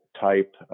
type